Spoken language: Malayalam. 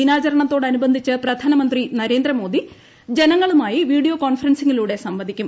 ദിനാചരണത്തോട് അനുബന്ധിച്ച് പ്രധാനമന്ത്രി നരേന്ദ്ര മോദി ജനങ്ങളുമായി വീഡിയോ കോൺഫറൻസിംഗിലൂടെ സംവദിക്കും